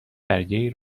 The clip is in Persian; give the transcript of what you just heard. برگهای